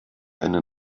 eine